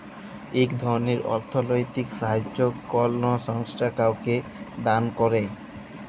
ইক ধরলের অথ্থলৈতিক সাহাইয্য কল সংস্থা কাউকে দাল ক্যরে